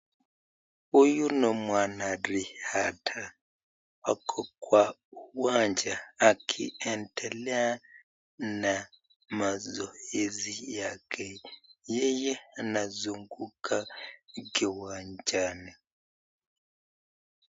Huyu ni mwanariadha ako kwa uwanja akiendelea na mazoezi yake, yeye anazunguka kiwanjani.